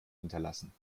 hinterlassen